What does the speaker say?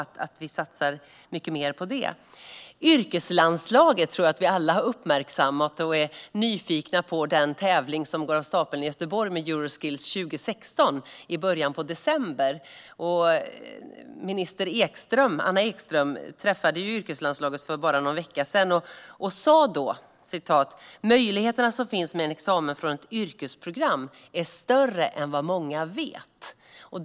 Jag tror att vi alla har uppmärksammat yrkeslandslaget och är nyfikna på den tävling som går av stapeln i Göteborg med Euroskills 2016 i början av december. Anna Ekström träffade yrkeslandslaget för bara någon vecka sedan, och då sa hon: "Möjligheterna som finns med en examen från ett yrkesprogram är större än vad många vet."